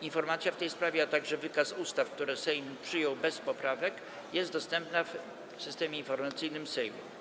Informacja w tej sprawie, a także wykaz ustaw, które Senat przyjął bez poprawek, są dostępne w Systemie Informacyjnym Sejmu.